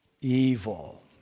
evil